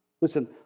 Listen